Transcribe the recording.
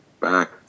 back